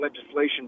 legislation